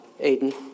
Aiden